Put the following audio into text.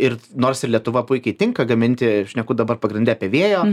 ir nors lietuva puikiai tinka gaminti šneku dabar pagrinde apie vėjo